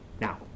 Now